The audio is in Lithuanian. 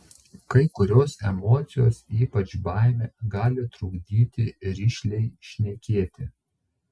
kai kurios emocijos ypač baimė gali trukdyti rišliai šnekėti